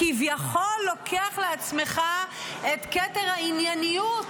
וכביכול לוקח לעצמך את כתר הענייניות,